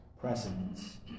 precedence